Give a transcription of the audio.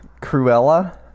Cruella